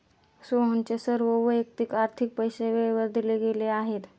सोहनचे सर्व वैयक्तिक आर्थिक पैसे वेळेवर दिले गेले आहेत